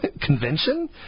convention